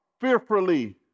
fearfully